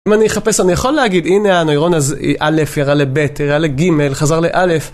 אם אני אחפש, אני יכול להגיד, הנה הנוירון הזה, א', ירה לב', ירה לג', חזר לאלף.